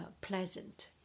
pleasant